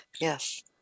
yes